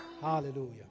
Hallelujah